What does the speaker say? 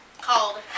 called